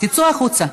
תצאו החוצה.